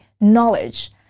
knowledge